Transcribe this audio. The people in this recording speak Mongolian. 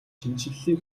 шинэчлэлийн